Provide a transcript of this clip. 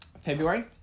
February